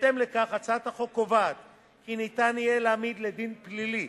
בהתאם לכך הצעת החוק קובעת כי ניתן יהיה להעמיד לדין פלילי,